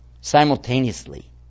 simultaneously